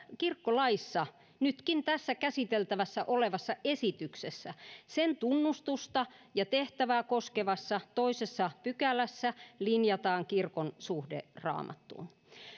kirkkolaissa nytkin tässä käsiteltävänä olevassa esityksessä sen tunnustusta ja tehtävää koskevassa toisessa pykälässä linjataan kirkon suhde raamattuun